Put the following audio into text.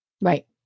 Right